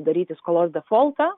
daryti skolos defoltą